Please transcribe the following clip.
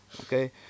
Okay